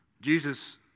Jesus